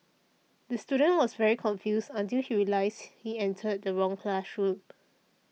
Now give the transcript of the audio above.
the student was very confused until he realised he entered the wrong classroom